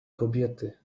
kobiety